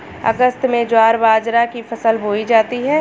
अगस्त में ज्वार बाजरा की फसल बोई जाती हैं